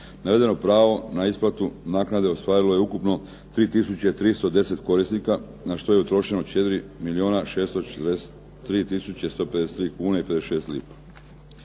Navedeno pravo na isplatu naknade ostvarilo je ukupno 3310 korisnika, na što je utrošeno 4 milijuna 643